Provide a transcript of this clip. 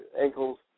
ankles